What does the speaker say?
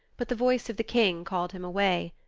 but the voice of the king called him away.